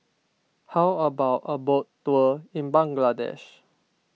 how about a boat tour in Bangladesh